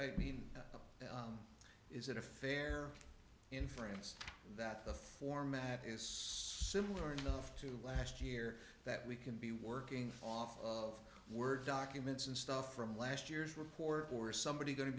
i mean is it a fair inference that the format is somewhere enough to last year that we can be working off of word documents and stuff from last year's report or somebody's going to